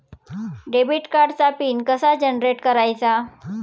Debit कार्डचा pin कसा generate करायचा?